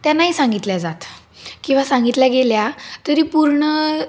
त्या नाही सांगितल्या जात किंवा सांगितल्या गेल्या तरी पूर्ण